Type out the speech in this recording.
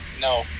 no